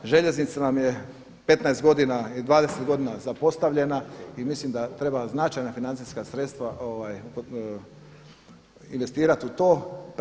Željeznica nam je 15 godina i 20 godina zapostavljena i mislim da treba značajna financijska sredstva investirat u to.